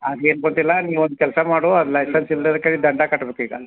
ಅದು ಏನು ಗೊತ್ತಿಲ್ಲ ನಿ ಒಂದು ಕೆಲಸ ಮಾಡು ಅದು ಲೈಸೆನ್ಸ್ ಇಲ್ದೆ ಇದ್ದಿದ್ದಕ್ಕಾಗಿ ದಂಡ ಕಟ್ಬೇಕು ಈಗ